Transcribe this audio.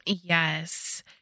Yes